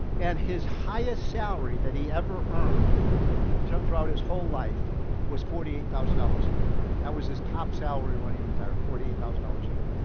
and his highest salary that he ever earned throughout his whole life was forty eight thousand dollars a year. that was his top salary when he retired, forty eight thousand dollars a year.